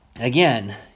Again